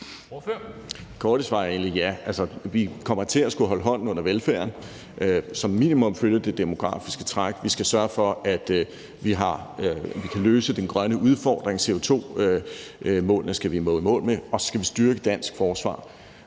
korte svar er egentlig ja. Altså, vi kommer til at skulle holde hånden under velfærden – som minimum følge det demografiske træk. Vi skal sørge for, at vi kan løse den grønne udfordring, CO2-målene skal vi nå i mål med, og så skal vi styrke dansk forsvar.